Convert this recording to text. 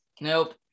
Nope